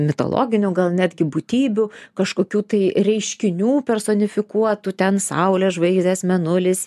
mitologinių gal netgi būtybių kažkokių tai reiškinių personifikuotų ten saulė žvaigždės mėnulis